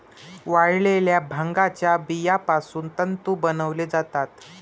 वाळलेल्या भांगाच्या बियापासून तंतू बनवले जातात